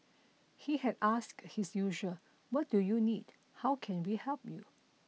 he had asked his usual what do you need how can we help you